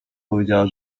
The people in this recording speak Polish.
powiedziała